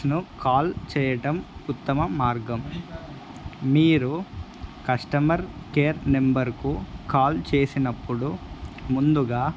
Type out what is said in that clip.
ను కాల్ చేయటం ఉత్తమ మార్గం మీరు కస్టమర్ కేర్ నెంబర్ను కాల్ చేసినప్పుడు ముందుగా